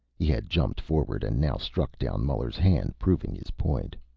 he had jumped forward, and now struck down muller's hand, proving his point.